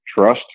trust